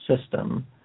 system